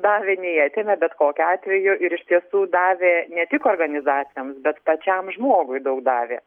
davė nei atėmė bet kokiu atveju ir iš tiesų davė ne tik organizacijoms bet pačiam žmogui daug davė